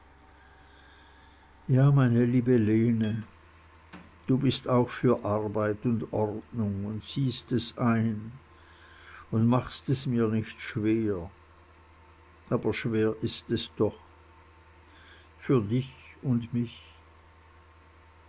ja meine liebe lene du bist auch für arbeit und ordnung und siehst es ein und machst es mir nicht schwer aber schwer ist es doch für dich und mich